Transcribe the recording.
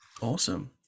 Awesome